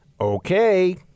Okay